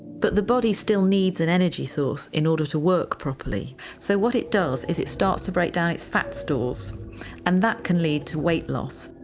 but the body still needs an energy source in order to work properly so what it does is it starts to break down its fats tools and that can lead to weight loss.